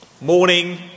Morning